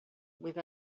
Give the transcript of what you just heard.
with